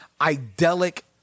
idyllic